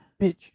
Bitch